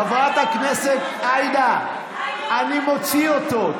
חברת הכנסת עאידה, אני מוציא אותו.